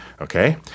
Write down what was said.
okay